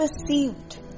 perceived